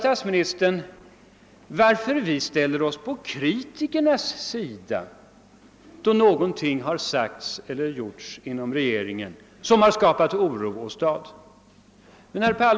Statsministern undrar varför vi ställer oss på kritikernas sida, då någonting har sagts eller gjorts inom rege ringen som kommit oro åstad.